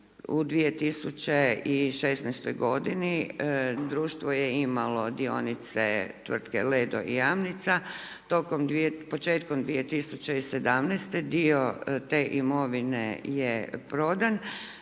u 2016. godini, društvo je imalo dionice tvrtke Ledo i Jamnica tokom, početkom 2017. dio te imovine je prodan,